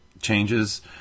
changes